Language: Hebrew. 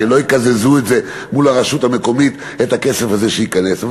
שכן לא יקזזו את הכסף הזה שייכנס מול הרשות המקומית.